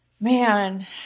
Man